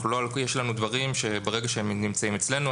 יש להם דברים שברגע שהם נמצאים אצלם,